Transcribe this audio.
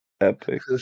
Epic